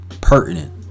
pertinent